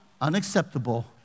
unacceptable